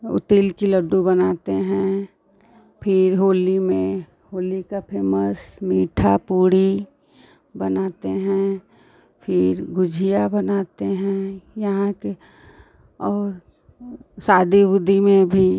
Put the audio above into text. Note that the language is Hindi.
वह तिल का लड्डू बनाते हैं फिर होली में होली का फ़ेमस मीठी पूड़ी बनाते हैं फिर गुझिया बनाते हैं यहाँ के और शादी वादी में भी